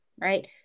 Right